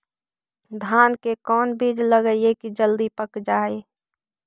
धान के कोन बिज लगईयै कि जल्दी पक जाए?